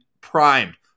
primed